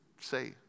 say